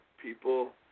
people